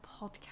podcast